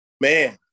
Man